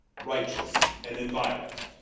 righteous, and inviolate.